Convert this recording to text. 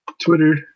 Twitter